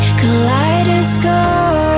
kaleidoscope